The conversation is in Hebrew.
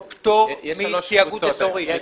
או פטור מתיאגוד אזורי.